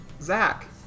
Zach